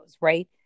Right